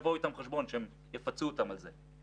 בואו נשקיע קצת ונעשה את זה ובזה נוריד את סף הלחץ של הנכים".